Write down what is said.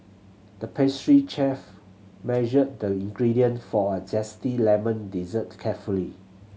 the pastry chef measured the ingredient for a zesty lemon dessert carefully